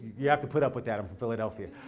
you have to put up with that, i'm from philadelphia.